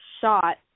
shot